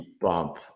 bump